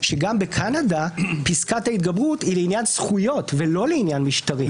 שגם בקנדה פסקת ההתגברות היא לעניין זכויות ולא לעניין משטרי.